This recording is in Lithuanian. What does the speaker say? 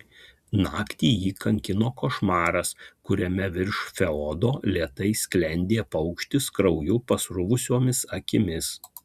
naktį jį kankino košmaras kuriame virš feodo lėtai sklendė paukštis krauju pasruvusiomis akimis